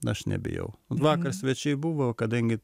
aš nebijau vakar svečiai buvo kadangi